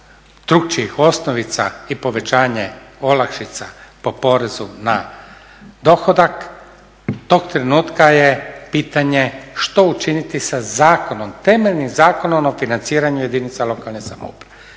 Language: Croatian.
drukčijih osnovica i povećanje olakšica po porezu na dohodak tog trenutka je pitanje što učiniti za zakonom, temeljnim Zakonom o financiranju jedinica lokalne samouprave.